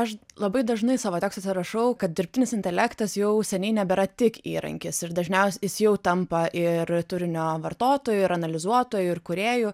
aš labai dažnai savo tekstuose rašau kad dirbtinis intelektas jau seniai nebėra tik įrankis ir dažniausiai jis jau tampa ir turinio vartotoju ir analizuotoju ir kūrėju